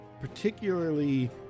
particularly